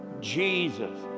Jesus